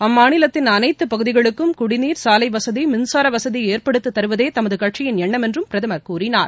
அம்மாநிலத்தின் அனைத்து பகுதிகளுக்கும் குடிநீர் சாலைவசதி மின்சார வசதி ஏற்படுத்தி தருவதே தமது கட்சியின் எண்ணம் என்று பிரதமர் கூறினார்